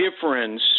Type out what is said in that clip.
difference